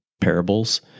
parables